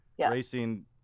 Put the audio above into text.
racing